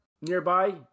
nearby